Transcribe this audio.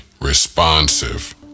responsive